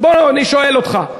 בוא, אני שואל אותך.